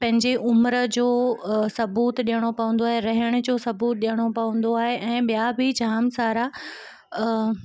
पंहिंजी उमिरि जो सबूत ॾियणो पवंदो आहे रहण जो सबूत ॾियणो पवंदो आहे ऐं ॿिया बि जाम सारा